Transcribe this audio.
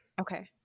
Okay